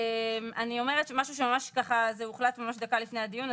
אני אומרת משהו שככה ממש הוחלט דקה לפני הדיון,